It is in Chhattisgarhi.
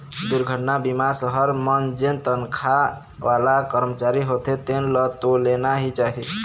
दुरघटना बीमा सहर मन जेन तनखा वाला करमचारी होथे तेन ल तो लेना ही चाही